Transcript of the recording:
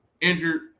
injured